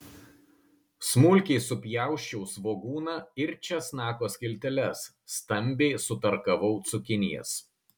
smulkiai supjausčiau svogūną ir česnako skilteles stambiai sutarkavau cukinijas